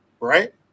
right